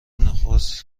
نخست